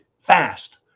fast